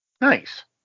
Nice